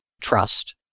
trust